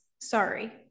sorry